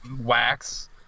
wax